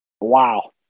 wow